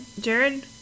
Jared